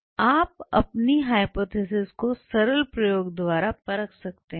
आप अपनी हाइपोथिसिस को सरल प्रयोग द्वारा परख सकते हैं